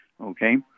Okay